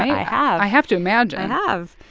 i have i have to imagine i have.